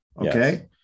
Okay